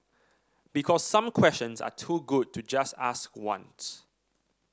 because some questions are too good to just ask once